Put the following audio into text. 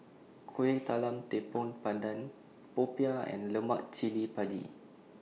Kueh Talam Tepong Pandan Popiah and Lemak Cili Padi